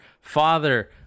father